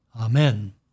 Amen